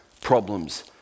problems